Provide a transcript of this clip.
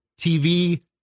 TV